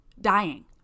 dying